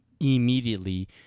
immediately